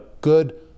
good